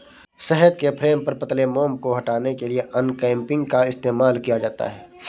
शहद के फ्रेम पर पतले मोम को हटाने के लिए अनकैपिंग का इस्तेमाल किया जाता है